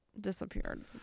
disappeared